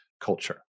culture